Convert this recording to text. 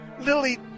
Lily